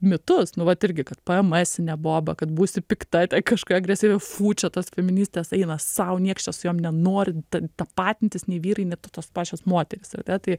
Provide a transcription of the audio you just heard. mitus nu vat irgi kad pm esinė boba kad būsi pikta ten kažką agresyviau fu čia tos feministės eina sau nieks čia su jom nenori da tapatintis nei vyrai net tos pačios moterys ar ne tai